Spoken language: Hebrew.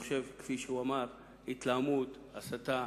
כפי שהוא אמר, התלהמות, הסתה,